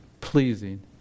pleasing